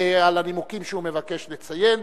על הנימוקים שהוא מבקש לציין,